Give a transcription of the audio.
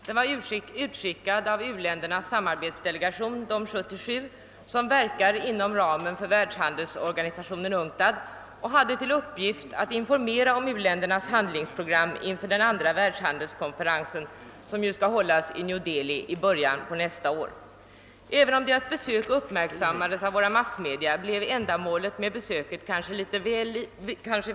Den var utskickad av u-ländernas samarbetsdelegation, i vilken ingår representanter för de 77 länder som verkar inom ramen för världshandelsorganisationen UNCTAD, och hade till uppgift att informera om u-ländernas handlingsprogram inför den andra världshandelskonferensen, som hålls i New Delhi i början av nästa år. Även om deras besök uppmärksammades av våra massmedia beaktades kanske ändamålet med besöket inte tillräckligt.